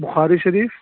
بخاری شریف